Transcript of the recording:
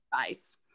advice